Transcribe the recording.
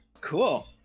Cool